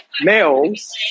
males